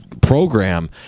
program